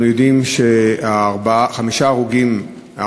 אנחנו יודעים שחמשת ההרוגים,